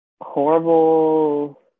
Horrible